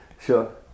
sure